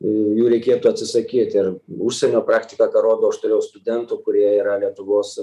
jų reikėtų atsisakyt ir užsienio praktika ką rodo aš turėjau studentų kurie yra lietuvos